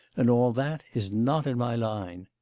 and all that is not in my line.